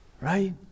Right